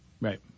Right